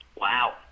Wow